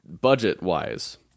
budget-wise